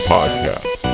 Podcast